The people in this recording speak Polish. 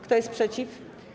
Kto jest przeciw?